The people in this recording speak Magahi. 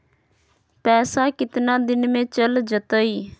पैसा कितना दिन में चल जतई?